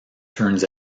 turns